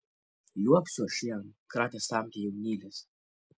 liuobsiu aš jam kratė samtį jaunylis